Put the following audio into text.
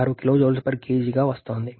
86 kJkgగా వస్తోంది